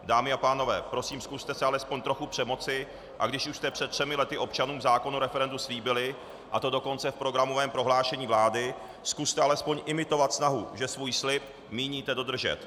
Dámy a pánové, prosím, zkuste se alespoň trochu přemoci, a když už jste před třemi lety občanům zákon o referendu slíbili, a to dokonce v programovém prohlášení vlády, zkuste alespoň imitovat snahu, že svůj slib míníte dodržet.